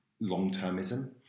long-termism